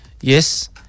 Yes